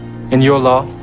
in your law,